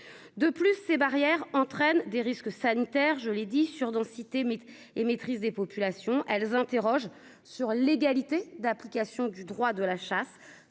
De plus, ces barrières entraîne des risques sanitaires. Je l'ai dit surdensité mais émettrice des populations elles interrogent sur l'égalité d'application du droit de la chasse